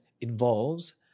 involves